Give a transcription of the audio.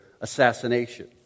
assassination